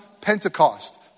Pentecost